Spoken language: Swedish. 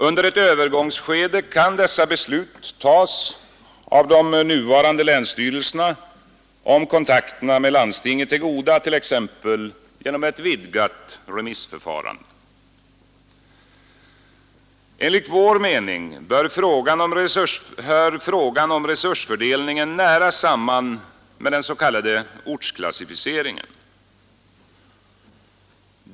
Under ett övergångsskede kan dessa beslut tas av de nuvarande länsstyrelserna om kontakterna med landstinget är goda, t.ex. genom ett vidgat remissförfarande. Enligt vår mening hör frågan om resursfördelningen nära samman med den s.k. ortsklassificeringen.